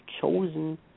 chosen